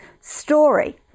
story